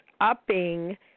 upping –